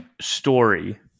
story